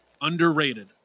Underrated